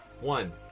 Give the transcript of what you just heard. One